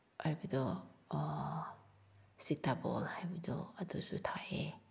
ꯍꯥꯏꯕꯗꯣ ꯁꯤꯇꯥꯕꯣꯜ ꯍꯥꯏꯕꯗꯣ ꯑꯗꯨꯁꯨ ꯊꯥꯏꯌꯦ